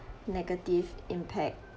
negative impact